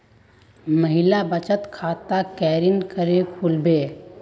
महिला बचत खाता केरीन करें खुलबे